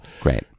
Great